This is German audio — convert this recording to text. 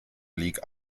league